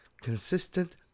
consistent